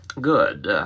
good